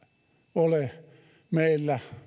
ole meillä